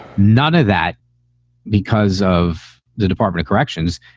none of that because of the department of corrections.